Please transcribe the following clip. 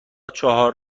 چهار